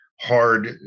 hard